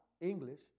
English